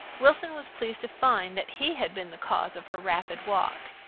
wilson was pleased to find that he had been the cause of her rapid walk,